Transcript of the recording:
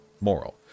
moral